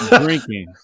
drinking